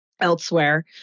elsewhere